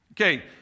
Okay